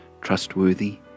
trustworthy